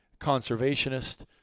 conservationist